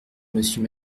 monsieur